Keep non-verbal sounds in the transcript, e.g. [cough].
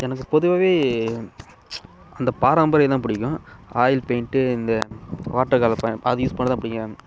எனக்கு பொதுவாகவே அந்த பாரம்பரியெல்லாம் பிடிக்கும் ஆயில் பெயிண்ட்டு இந்த வாட்டர் கலரு [unintelligible] அது யூஸ் பண்ணத்தான் பிடிக்கும்